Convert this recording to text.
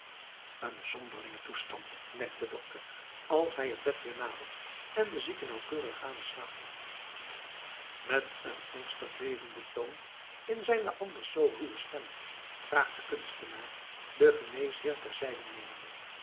een zonderlinge toestand denkt de dokter als hij het bed weer nadert en de zieke nauwkeurig gadeslaat met een angstig bevenden toon in zijne anders zoo ruwe stem vraagt de kunstenaar den geneesheer ter zijde nemende